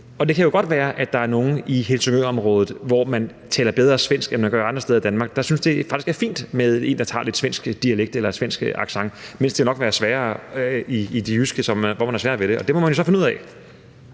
Og det kan jo godt være, at der er nogle i Helsingør-området, hvor man taler bedre svensk, end man gør andre steder i Danmark, der synes, at det faktisk er fint med en, der har lidt svensk dialekt eller svensk accent, mens det nok vil være sværere i det jyske, hvor man har sværere ved det. Og det må man jo så finde ud af.